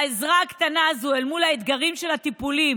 העזרה הקטנה הזו אל מול האתגרים של הטיפולים